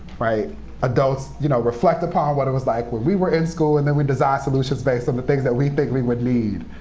adults you know reflect upon what it was like when we were in school, and then we design solutions based on the things that we think we would need.